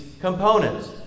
components